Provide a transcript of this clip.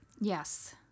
Yes